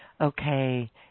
Okay